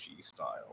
style